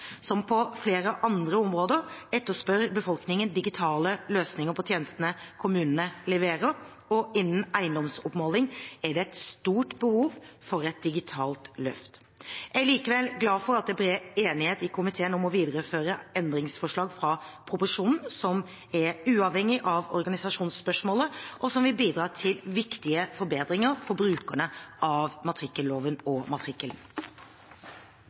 Som på flere andre områder etterspør befolkningen digitale løsninger på tjenestene kommunene leverer, og innen eiendomsoppmåling er det et stort behov for et digitalt løft. Jeg er likevel glad for at det er bred enighet i komiteen om å videreføre endringsforslag fra proposisjonen som er uavhengige av organisasjonsspørsmålet, og som vil bidra til viktige forbedringer for brukerne av matrikkelloven og matrikkelen.